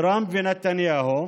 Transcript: טראמפ ונתניהו,